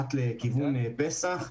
מבט לכיוון פסח,